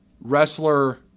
wrestler